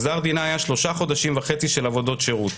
גזר דינה היה 3 חודשים וחצי של עבודות שירות.